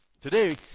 Today